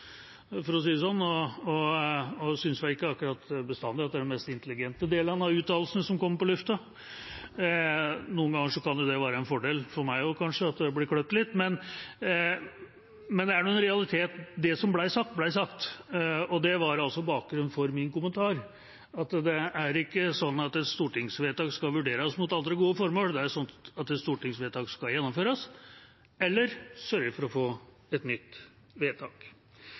og jeg synes vel ikke bestandig at det er den mest intelligente delen av uttalelsen som kommer på lufta, selv om det noen ganger kanskje kan være en fordel for meg at jeg blir klippet litt. Men det er nå en realitet at det som ble sagt, ble sagt, og det var altså bakgrunnen for min kommentar: Det er ikke slik at et stortingsvedtak skal vurderes mot andre gode formål, det er slik at et stortingsvedtak skal gjennomføres eller man sørger for å få et nytt vedtak.